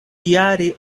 jare